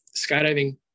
skydiving